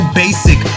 basic